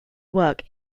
work